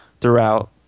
throughout